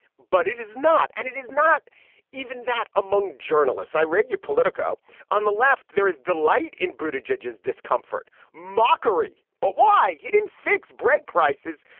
but it is not. and it is not even that among journalists. i read you politico on the left. there is delight in bruited judge's discomfort. mockery. but why he didn't fix bread prices.